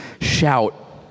Shout